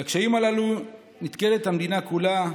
בקשיים הללו נתקלת המדינה כולה,